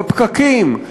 בפקקים,